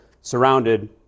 surrounded